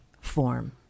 form